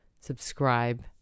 subscribe